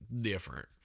different